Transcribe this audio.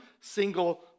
single